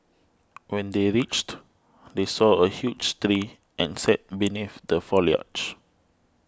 when they reached they saw a huge tree and sat beneath the foliage